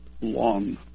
long